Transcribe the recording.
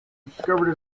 discovered